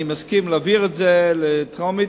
אני מסכים להעביר את זה בטרומית,